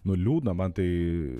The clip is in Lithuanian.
nu liūdna man tai